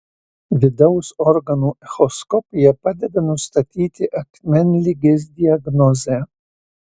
vidaus organų echoskopija padeda nustatyti akmenligės diagnozę